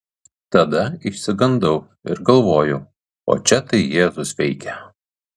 tada išsigandau ir galvojau o čia tai jėzus veikia